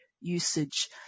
usage